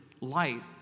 light